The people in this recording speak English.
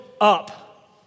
up